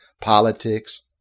politics